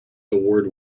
award